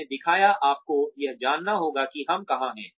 मैंने दिखाया आपको यह जानना होगा कि हम कहां हैं